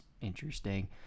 interesting